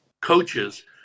coaches